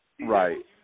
Right